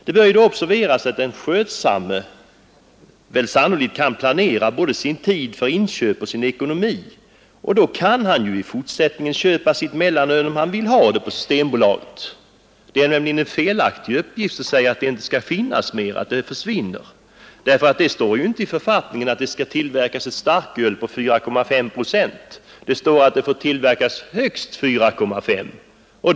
Det bör då observeras att den skötsamme sannolikt kan planera både sin tid för inköp och sin ekonomi, och då kan han i fortsättningen köpa sitt mellanöl, om han vill ha det, på Systembolaget. Det är felaktigt att säga att det inte skall finnas mer, att det försvinner, därför att det står ju inte i författningen att det skall tillverkas ett starköl med en alkoholhalt av 4,5 procent, utan det står att det får tillverkas öl med en alkoholhalt av högst 4,5 procent.